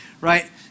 right